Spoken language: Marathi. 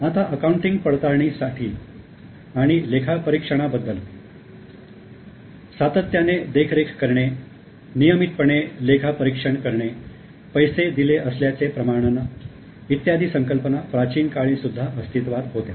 आता अकाउंटिंग पडताळणी आणि लेखापरीक्षणा बद्दल सातत्याने देखरेख करणे नियमितपणे लेखापरीक्षण करणे पैसे दिले असल्याचे प्रमाणन इत्यादी संकल्पना प्राचीन काळी सुद्धा अस्तित्वात होत्या